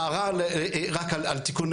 הערה רק על תיקון